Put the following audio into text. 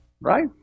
Right